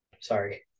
Sorry